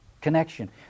connection